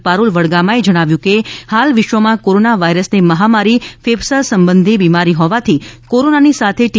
પારૂલ વડગામાએ જણાવ્યું હતું કે હાલ વિશ્વમાં કોરોના વાયરસની મહામારી ફેંફસા સંબંધી બિમારી હોવાથી કોરોનાની સાથે ટી